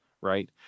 right